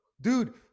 dude